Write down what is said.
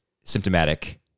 symptomatic